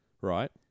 right